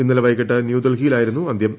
ഇന്നലെ വൈകിട്ട് ന്യൂഡൽഹിയിലായിരുന്നു അന്ത്യം